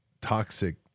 toxic